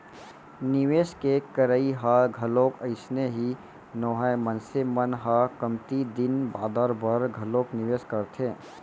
निवेस के करई ह घलोक अइसने ही नोहय मनसे मन ह कमती दिन बादर बर घलोक निवेस करथे